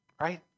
right